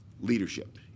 leadership